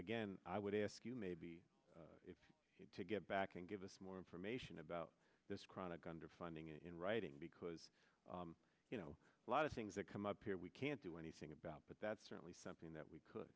again i would ask you maybe to get back and give us more information about this chronic underfunding in writing because you know a lot of things that come up here we can't do anything about but that's certainly something that we could